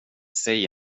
säg